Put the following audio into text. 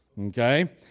okay